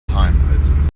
time